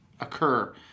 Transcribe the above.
occur